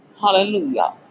Hallelujah